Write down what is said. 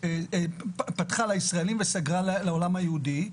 פתחה לישראלים וסגרה לעולם היהודי.